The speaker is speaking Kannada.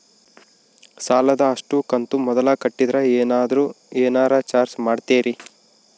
ಸಾಲದ ಅಷ್ಟು ಕಂತು ಮೊದಲ ಕಟ್ಟಿದ್ರ ಏನಾದರೂ ಏನರ ಚಾರ್ಜ್ ಮಾಡುತ್ತೇರಿ?